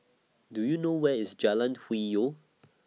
Do YOU know Where IS Jalan Hwi Yoh